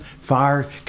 Fire